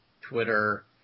Twitter